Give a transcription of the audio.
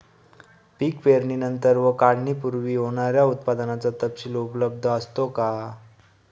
पीक पेरणीनंतर व काढणीपूर्वी होणाऱ्या उत्पादनाचा तपशील उपलब्ध असतो का?